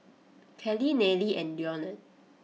Karley Nayely and Leonard